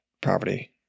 property